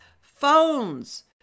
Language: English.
phones